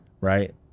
Right